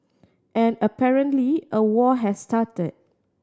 and apparently a war has started